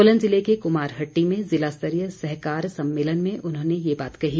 सोलन ज़िले के कुमारहट्टी में ज़िला स्तरीय सहकार सम्मेलन में उन्होंने ये बात कही